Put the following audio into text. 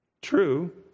true